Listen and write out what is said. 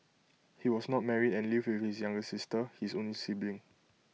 he was not married and lived with his younger sister his only sibling